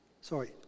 sorry